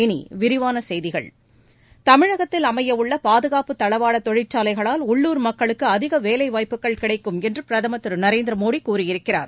இனி விரிவான செய்திகள் தமிழகத்தில் அமைய உள்ள பாதுகாப்பு தளவாட தொழிற்சாலைகளால் உள்ளூர் மக்குருக்கு அதிக வேலைவாய்ப்புகள் கிடைக்கும் என்று பிரதமர் திரு நரேந்திர மோடி கூறியிருக்கிறார்